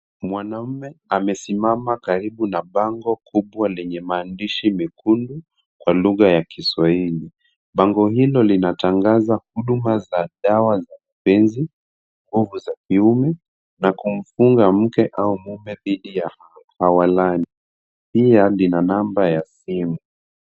Mwanaume amesimama karibu na bango kubwa lenye maandishi mekundu kwa lugha ya kiswahili. Bango hilo linatangaza huduma za dawa za mapenzi, nguvu za kiume na kumfunga mke au mume dhidi ya hawa. Pia lina namba ya simu.